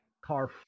car